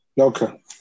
Okay